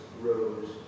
rose